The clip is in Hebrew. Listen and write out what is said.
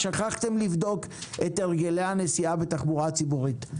שכחתם לבדוק את הרגלי הנסיעה בתחבורה הציבורית.